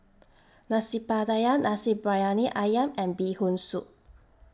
Nasi Pattaya Nasi Briyani Ayam and Bee Hoon Soup